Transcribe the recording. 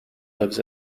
lives